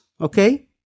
okay